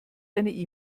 eine